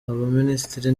abaminisitiri